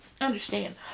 understand